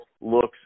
looks